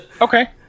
Okay